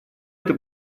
это